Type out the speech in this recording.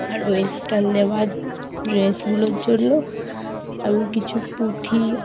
আর western দেওয়া ড্রেসগুলোর জন্য আমি কিছু পুঁথি